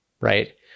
Right